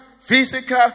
physical